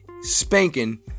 spanking